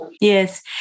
yes